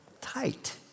tight